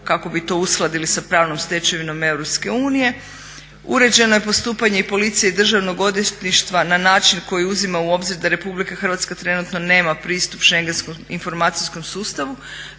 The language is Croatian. kako bi to uskladili sa pravnom stečevinom EU. Uređeno je postupanje i policije i Državnog odvjetništva na način koji uzima u obzirom da RH trenutno nema pristup schengenskom informacijskom sustavu